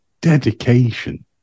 dedication